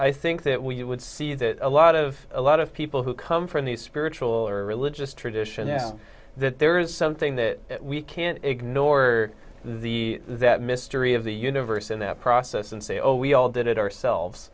i think that we would see that a lot of a lot of people who come from the spiritual or religious tradition now that there is something that we can't ignore the that mystery of the universe and that process and say oh we all did it ourselves